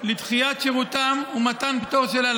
של דחיית שירותם של אלפים